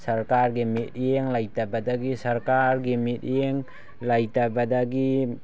ꯁꯔꯀꯥꯔꯒꯤ ꯃꯤꯠꯌꯦꯡ ꯂꯩꯇꯕꯗꯒꯤ ꯁꯔꯀꯥꯔꯒꯤ ꯃꯤꯠꯌꯦꯡ ꯂꯩꯇꯕꯗꯒꯤ